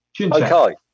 Okay